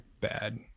Bad